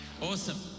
awesome